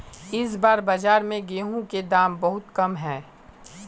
इस बार बाजार में गेंहू के दाम बहुत कम है?